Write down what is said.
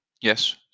Yes